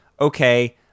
okay